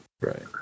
right